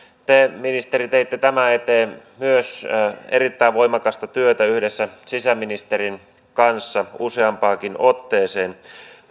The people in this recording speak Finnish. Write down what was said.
te ministeri teitte tämän eteen erittäin voimakasta työtä yhdessä sisäministerin kanssa useampaankin otteeseen